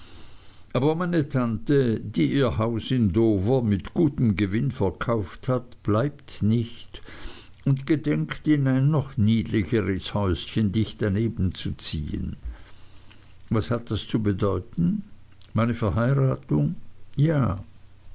aber meine tante die ihr haus in dover mit gutem gewinn verkauft hat bleibt nicht und gedenkt in ein noch niedlicheres häuschen dicht daneben zu ziehen was hat das zu bedeuten meine verheiratung ja